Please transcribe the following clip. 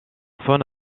faune